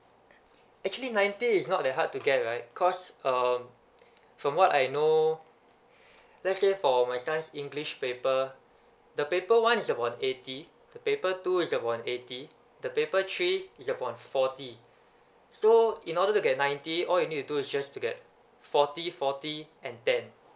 actually ninety is not that hard to get right cause uh from what I know let's say for my son's english paper the paper one is a one eighty the paper two is a one eighty the paper three is one forty so in order to get ninety all you need to do is just to get forty forty and ten